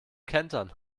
kentern